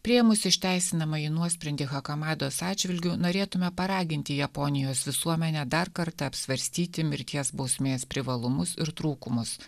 priėmus išteisinamąjį nuosprendį hakamados atžvilgiu norėtume paraginti japonijos visuomenę dar kartą apsvarstyti mirties bausmės privalumus ir trūkumus